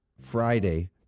Friday